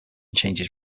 changes